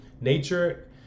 nature